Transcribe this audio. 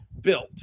built